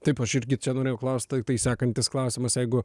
taip aš irgi čia norėjau klaust tai tai sekantis klausimas jeigu